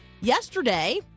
Yesterday